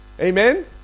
amen